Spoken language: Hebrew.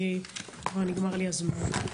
כי כבר נגמר לי הזמן.